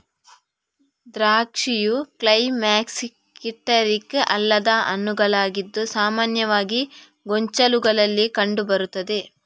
ದ್ರಾಕ್ಷಿಯು ಕ್ಲೈಮ್ಯಾಕ್ಟೀರಿಕ್ ಅಲ್ಲದ ಹಣ್ಣುಗಳಾಗಿದ್ದು ಸಾಮಾನ್ಯವಾಗಿ ಗೊಂಚಲುಗಳಲ್ಲಿ ಕಂಡು ಬರುತ್ತದೆ